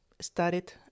started